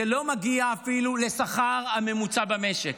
זה לא מגיע אפילו לשכר הממוצע במשק.